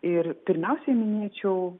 ir pirmiausiai minėčiau